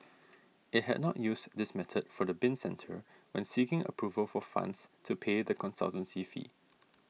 it had not used this method for the bin centre when seeking approval for funds to pay the consultancy fee